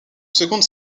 seconde